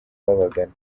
babagana